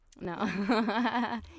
No